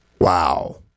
Wow